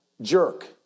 jerk